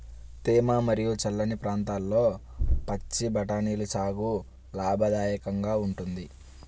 తేమ మరియు చల్లని ప్రాంతాల్లో పచ్చి బఠానీల సాగు లాభదాయకంగా ఉంటుంది